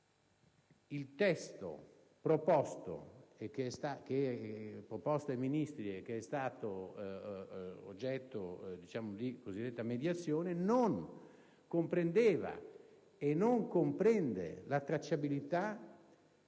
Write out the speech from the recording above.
il testo proposto ai Ministri e che è stato oggetto di cosiddetta mediazione non prevede - e non la prevede tuttora - la tracciabilità